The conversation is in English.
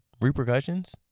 repercussions